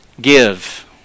give